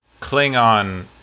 Klingon